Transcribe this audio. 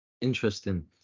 Interesting